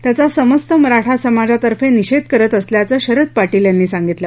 त्याचा समस्त मराठा समाजातर्फे निषेध करत असल्याचं शरद पाटील यांनी सांगितलं